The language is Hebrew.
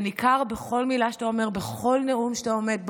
זה ניכר בכל מילה שאתה אומר, בכל נאום שאתה נושא,